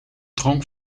dronk